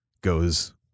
goes